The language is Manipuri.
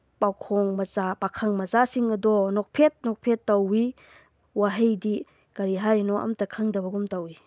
ꯄꯥꯈꯪ ꯃꯆꯥꯁꯤꯡ ꯑꯗꯣ ꯅꯣꯛꯐꯦꯠ ꯅꯣꯛꯐꯦꯠ ꯇꯧꯏ ꯋꯥꯍꯩꯗꯤ ꯀꯔꯤ ꯍꯥꯏꯔꯤꯅꯣ ꯑꯝꯇ ꯈꯪꯗꯕꯒꯨꯝ ꯇꯧꯏ